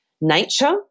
nature